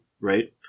Right